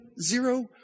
zero